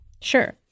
Sure